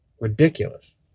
Ridiculous